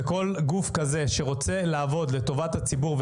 לכל גוף כזה שרוצה לעבוד לטובת הציבור,